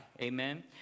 Amen